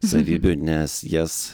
savybių nes jas